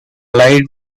light